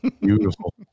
beautiful